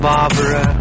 Barbara